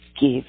give